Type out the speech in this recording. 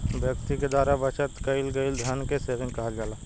व्यक्ति के द्वारा बचत कईल गईल धन के सेविंग कहल जाला